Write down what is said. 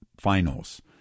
finals